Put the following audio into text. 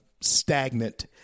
stagnant